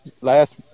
last